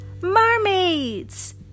mermaids